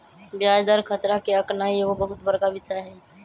ब्याज दर खतरा के आकनाइ एगो बहुत बड़का विषय हइ